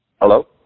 Hello